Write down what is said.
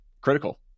critical